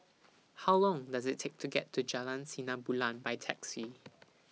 How Long Does IT Take to get to Jalan Sinar Bulan By Taxi